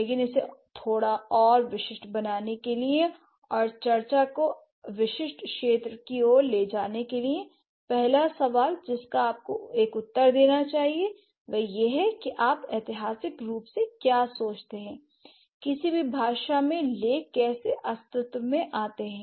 लेकिन इसे थोड़ा और विशिष्ट बनाने के लिए और चर्चा को विशिष्ट क्षेत्र की ओर ले जाने के लिए पहला सवाल जिसका आपको एक उत्तर देना चाहिए वह यह है कि आप ऐतिहासिक रूप से क्या सोचते हैं किसी भी भाषा में लेख कैसे अस्तित्व में आते हैं